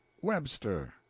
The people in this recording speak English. webster.